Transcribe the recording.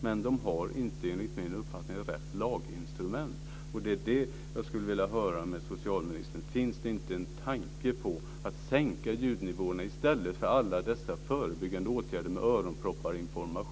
Men de har inte, enligt min uppfattning, rätt laginstrument.